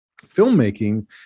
filmmaking